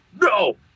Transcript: No